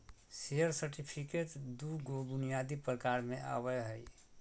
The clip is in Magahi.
शेयर सर्टिफिकेट दू गो बुनियादी प्रकार में आवय हइ